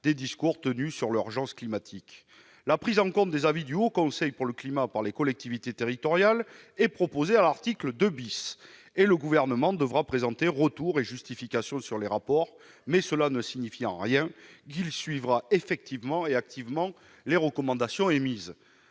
des discours tenus sur l'urgence climatique. La prise en compte des avis du Haut Conseil pour le climat par les collectivités territoriales est proposée à l'article 2 , et le Gouvernement devra présenter retours et justifications sur les rapports. Toutefois, cela ne signifie en rien qu'il suivra effectivement et activement les recommandations émises.